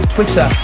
Twitter